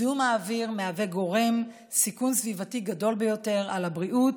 זיהום האוויר מהווה גורם סיכון סביבתי גדול ביותר על הבריאות,